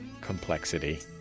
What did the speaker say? complexity